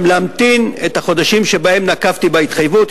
גם להמתין את החודשים שבהם נקבתי בהתחייבות,